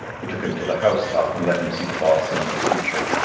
who took him to the house top and let him see the boston of the future.